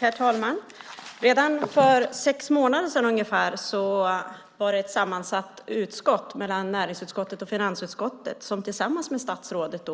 Herr talman! Redan för ungefär sex månader sedan gick det sammansatta närings och finansutskottet tillsammans med statsrådet